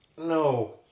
No